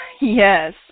Yes